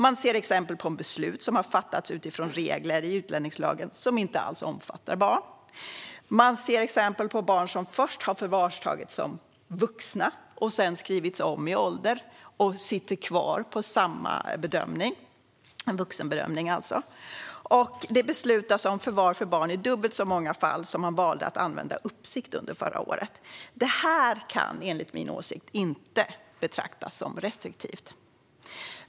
Det finns exempel på beslut som har fattats utifrån regler i utlänningslagen som inte alls omfattar barn. Det finns exempel på barn som först har förvarstagits som vuxna och sedan skrivits om i ålder och sitter kvar på vuxenbedömningen. Under förra året beslöt man om förvar av barn i dubbelt så många fall som man valde att använda uppsikt. Det här kan enligt min åsikt inte betraktas som restriktivt.